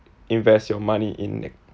invest your money in